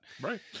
right